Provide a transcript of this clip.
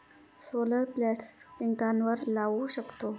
solar plates पिकांवर लाऊ शकतो